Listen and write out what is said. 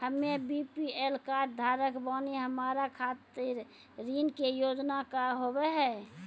हम्मे BPL card धारक बानि हमारा खातिर ऋण के योजना का होव हेय?